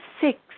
six